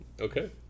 Okay